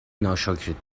ناشکرید